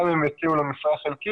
גם אם הם יציעו לו משרה חלקית,